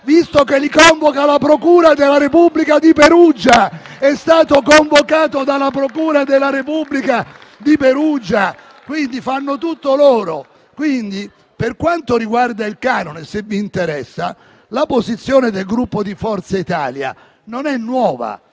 visto che li convoca la procura della Repubblica di Perugia. È stato convocato dalla procura della Repubblica di Perugia, quindi fanno tutto loro. Per quanto riguarda il canone, se vi interessa, la posizione del Gruppo Forza Italia non è nuova.